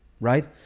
right